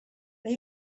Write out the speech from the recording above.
they